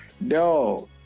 No